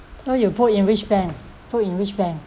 so you put in which bank put in which bank